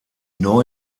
neu